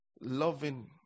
loving